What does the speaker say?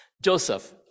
Joseph